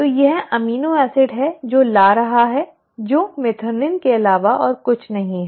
तो यह amino acid है जो ला रहा है जो मेथिओनिन के अलावा और कुछ नहीं है